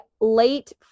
late